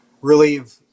relieve